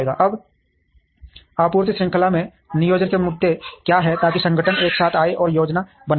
अब आपूर्ति श्रृंखला में नियोजन के मुद्दे क्या हैं ताकि संगठन एक साथ आएं और योजना बनाएं